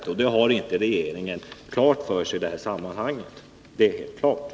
Det är helt klart att regeringen inte är medveten om det i detta sammanhang.